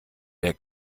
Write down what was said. der